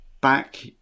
back